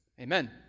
Amen